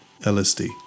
LSD